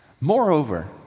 Moreover